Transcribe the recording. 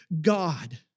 God